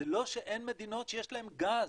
זה לא שאין מדינות שיש להן גז,